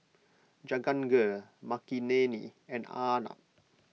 Jahangir Makineni and Arnab